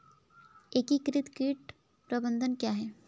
एकीकृत कीट प्रबंधन क्या है?